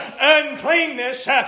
Uncleanness